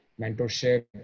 mentorship